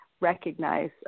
recognize